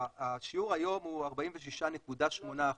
השיעור היום הוא 46.8%,